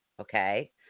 Okay